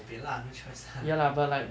bo pian lah no choice [what]